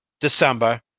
December